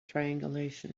triangulation